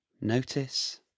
Notice